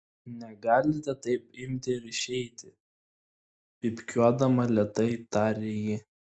negalite taip imti ir išeiti pypkiuodama lėtai tarė ji